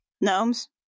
Gnomes